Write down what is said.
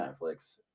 netflix